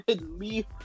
leave